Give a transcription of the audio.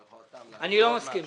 אני לא מסכים לזה.